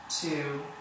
two